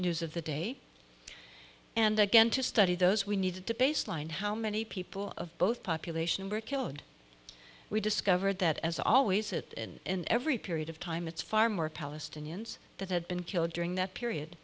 news of the day and again to study those we need to baseline how many people of both population were killed we discovered that as always it in every period of time it's far more palestinians that had been killed during that period